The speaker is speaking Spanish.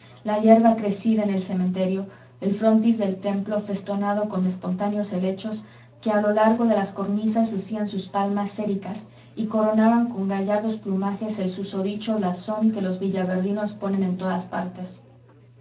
don román la yerba crecida en el cementerio el frontis del templo festonado con espontáneos helechos que a lo largo de las cornisas lucían sus palmas séricas y coronaban con gallardos plumajes el susodicho blasón que los villaverdinos ponen en todas partes